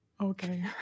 okay